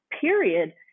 period